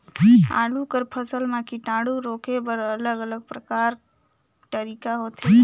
आलू कर फसल म कीटाणु रोके बर अलग अलग प्रकार तरीका होथे ग?